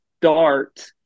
start